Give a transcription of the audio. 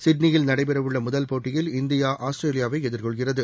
சிட்னியில் நடைபெறவுள்ள முதல் போட்டியில் இந்தியா ஆஸ்திரேலியாவை எதிர்கொள்கிறது